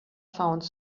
found